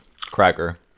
Cracker